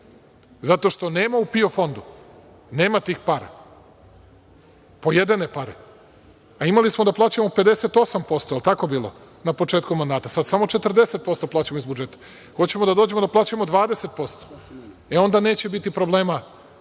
zato što nema u PIO fondu, nema tih para. Pojedene pare. Imali smo da plaćamo 58%, je li tako bilo na početku mandata sada samo 40% plaćamo iz budžeta. Hoćemo da dođemo da plaćamo 20%, e onda neće biti problema